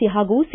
E ಹಾಗೂ C